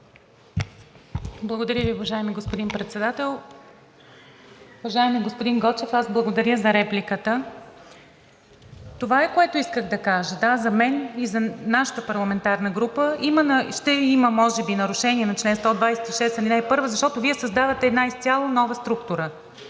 Благодаря Ви, уважаеми господин Председател. Уважаеми господин Гочев, аз благодаря за репликата. Това е, което исках да кажа: да, за мен и за нашата парламентарна група ще има може би нарушение на чл. 126, ал. 1, защото Вие създавате изцяло нова структура,